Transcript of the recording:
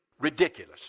ridiculous